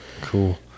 cool